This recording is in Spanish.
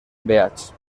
beach